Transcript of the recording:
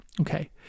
Okay